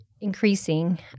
increasing